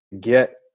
get